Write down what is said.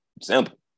Simple